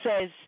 says